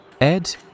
Ed